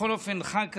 בכל אופן, חג כזה.